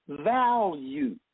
value